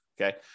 Okay